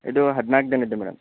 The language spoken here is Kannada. ಇದು ಹದಿನಾಲ್ಕು ದಿನದ್ದು ಮೇಡಮ್